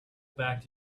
back